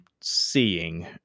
seeing